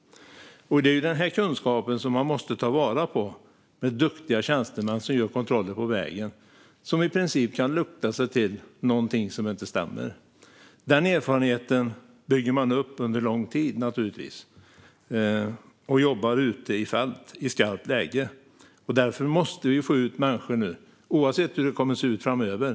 Det är denna kunskap med duktiga tjänstemän som gör kontroller på vägen som man måste ta vara på. De kan i princip lukta sig till om någonting inte stämmer. Denna erfarenhet bygger man naturligtvis upp under lång tid när man jobbar ute i fält i skarpt läge. Därför måste vi nu få ut människor, oavsett hur det kommer att se ut framöver.